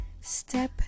Step